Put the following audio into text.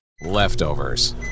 Leftovers